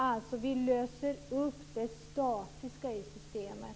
Vi löser alltså upp det statiska i systemet.